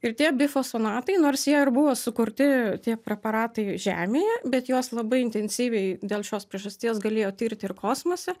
ir tie bifosfonatai nors jie ir buvo sukurti tiek preparatai žemėje bet jos labai intensyviai dėl šios priežasties galėjo tirti ir kosmose